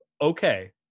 okay